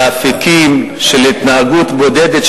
לאפיקים של התנהגות בודדת,